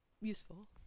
useful